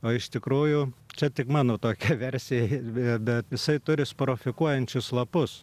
o iš tikrųjų čia tik mano tokia versija bet jisai turi sporofikuojančius lapus